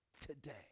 today